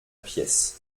pièce